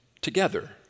together